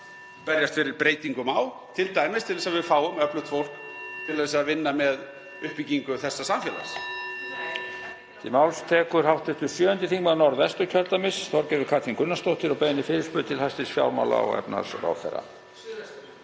berjast fyrir breytingum á, t.d. til þess að við fáum öflugt fólk til að vinna að uppbyggingu þessa samfélags.